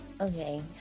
Okay